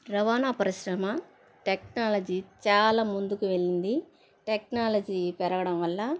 రవాణా పరిశ్రమ టెక్నాలజీ చాలా ముందుకు వెళ్ళింది టెక్నాలజీ పెరగడం వల్ల